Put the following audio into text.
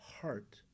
heart